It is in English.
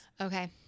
Okay